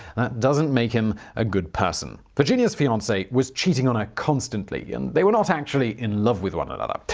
that doesn't make him a good person. virginia's fiance was cheating on her constantly, and they were not actually in love with one another.